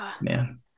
Man